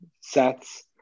sets